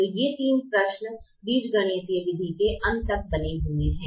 तो ये तीन प्रश्न बीजगणितीय विधि के अंत तक बने हुए हैं